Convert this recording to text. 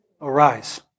Arise